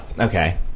Okay